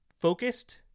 Focused